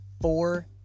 four